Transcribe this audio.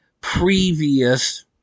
previous